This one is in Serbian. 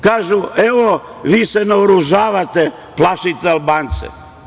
Kažu – evo vi se naoružavate, plašite Albance.